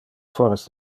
foras